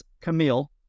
Camille